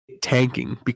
tanking